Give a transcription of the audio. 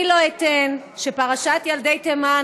אני לא אתן שפרשת ילדי תימן,